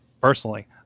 personally